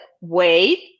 wait